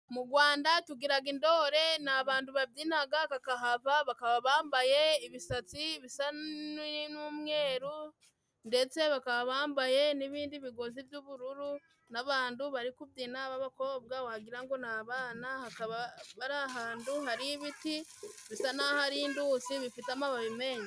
Mu Gwanda tugiraga indore ni abantu babyinaga bakahava bakaba bambaye ibisatsi bisa n'umweru ndetse bakaba bambaye n'ibindi bigozi by'ubururu n'abandu bari kubyina babakobwa wagira ngo ni abana hakaba bari ahantu hari ibiti bisa n'aho hari induzi bifite amababi menshi.